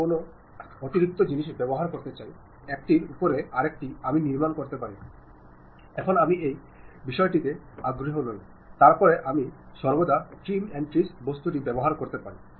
പല ഓർഗനൈസേഷനുകളിലും ഇത് ഒരു വിശ്രമ കാലയളവായി കണക്കാക്കപ്പെടുന്നു ചിലപ്പോൾ ഗ്രേപ്പ്വൈൻ വളരെ ശക്തമാകുമ്പോൾ ചില വിഭാഗീയതയുണ്ടാവാം അവിടെ രാഷ്ട്രീയമായ പക ഒരു പരിധി വരെ ഉണ്ടാകാം